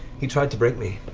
he tried to break me.